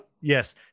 yes